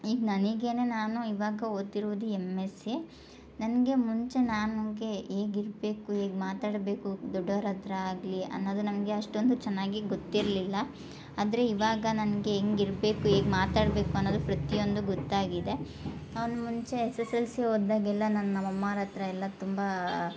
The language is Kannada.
ಈಗ ನನಗೇನೆ ನಾನು ಇವಾಗ ಓದ್ತಿರೋದು ಎಮ್ ಎಸ್ ಸಿ ನನಗೆ ಮುಂಚೆ ನನ್ಗೆ ಹೇಗಿರ್ಬೇಕು ಹೇಗೆ ಮಾತಾಡಬೇಕು ದೊಡ್ಡವ್ರು ಹತ್ರ ಆಗಲಿ ಅನ್ನದು ನನಗೆ ಅಷ್ಟೊಂದು ಚೆನ್ನಾಗಿ ಗೊತ್ತಿರಲಿಲ್ಲ ಆದರೆ ಇವಾಗ ನನಗೆ ಹೆಂಗಿರ್ಬೇಕು ಹೇಗೆ ಮಾತಾಡಬೇಕು ಅನ್ನದು ಪ್ರತಿಯೊಂದು ಗೊತ್ತಾಗಿದೆ ನಾನು ಮುಂಚೆ ಎಸ್ ಎಸ್ ಎಲ್ ಸಿ ಓದ್ದಾಗೆಲ್ಲ ನಾನು ನಮ್ಮ ಅಮ್ಮನ ಹತ್ರ ಎಲ್ಲ ತುಂಬ